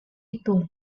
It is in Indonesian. itu